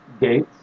gates